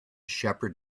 shepherd